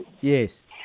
Yes